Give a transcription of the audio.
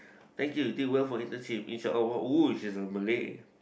thank you do well for internship each are all well oh she's a Malay